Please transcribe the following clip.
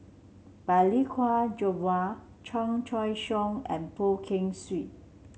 Balli Kaur Jaswal Chan Choy Siong and Poh Kay Swee